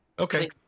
Okay